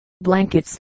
blankets